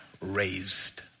raised